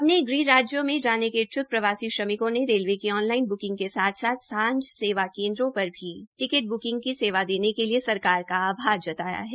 अपने गृह राज्यों में जाने के इच्छुक प्रवासी श्रमिकों को रेलवे की ऑन लाइन ब्किंग के साथ साथ सांझा सेवा केन्द्रो पर भी टिकेट ब्किंग की सेवा देने के लिए सरकार का आभार जताया है